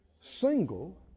single